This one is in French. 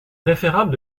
préférable